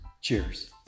Cheers